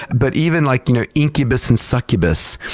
but even like you know incubus and succubus,